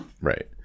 Right